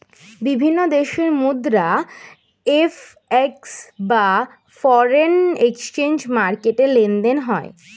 বিভিন্ন দেশের মুদ্রা এফ.এক্স বা ফরেন এক্সচেঞ্জ মার্কেটে লেনদেন হয়